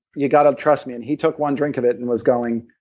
you've got to trust me. and he took one drink of it and was going,